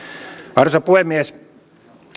arvoisa puhemies